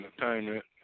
Entertainment